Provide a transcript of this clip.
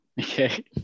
Okay